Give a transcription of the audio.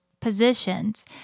positions